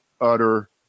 utter